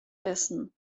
essen